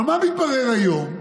אבל מה מתברר היום?